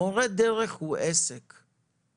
מורה הדרך הוא עסק בזעיר אנפין,